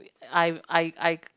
I I I